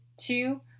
Two